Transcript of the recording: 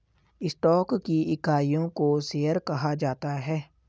stock की इकाइयों को शेयर कहा जाता है